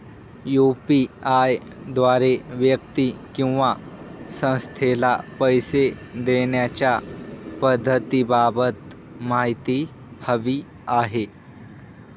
UPI द्वारे व्यक्ती किंवा संस्थेला पैसे देण्याच्या पद्धतींबाबत माहिती हवी आहे